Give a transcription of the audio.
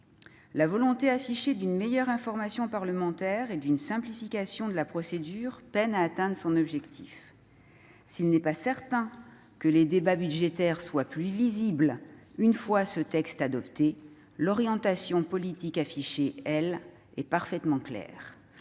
la volonté affichée d'une meilleure information parlementaire et d'une simplification de la procédure peine à atteindre son but. S'il n'est pas certain que les débats budgétaires soient plus lisibles une fois ce texte adopté, l'orientation politique annoncée, elle, est parfaitement claire.